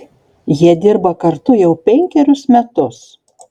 jie dirba kartu jau penkerius metus